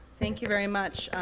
thank you very much.